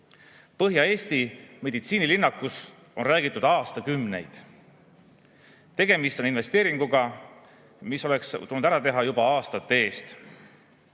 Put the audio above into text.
Põhja-Eesti meditsiinilinnakust on räägitud aastakümneid. Tegemist on investeeringuga, mis oleks tulnud ära teha juba aastate eest.